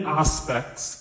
aspects